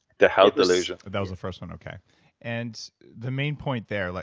the health delusion that was the first one? okay and the main point there? like